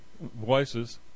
voices